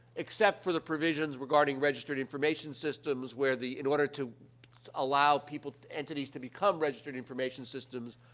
except for the provisions regarding registered information systems, where the in order to allow people entities to become registered information systems,